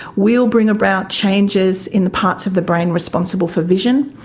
will bring about changes in the parts of the brain responsible for vision.